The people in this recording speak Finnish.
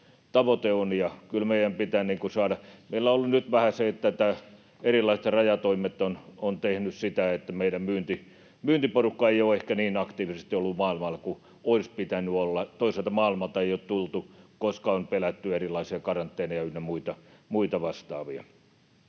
Meillä on ollut nyt vähän se, että erilaiset rajatoimet ovat tehneet sitä, että meidän myyntiporukkamme ei ole ehkä niin aktiivisesti ollut maailmalla kuin olisi pitänyt olla. Toisaalta maailmalta ei ole tultu, koska on pelätty erilaisia karanteeneja ynnä muita vastaavia.